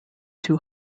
too